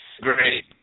Great